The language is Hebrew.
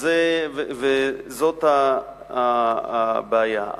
וזאת הבעיה.